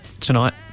tonight